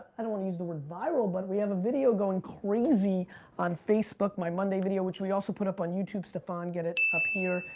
i don't wanna use the word viral, but we have a video going crazy on facebook, my monday video, which we also put up on youtube. staphon, get it up here.